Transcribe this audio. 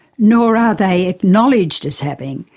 nor are they acknowledged as having,